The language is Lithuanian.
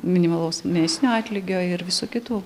minimalaus mėnesinio atlygio ir visų kitų